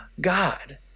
God